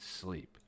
sleep